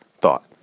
thought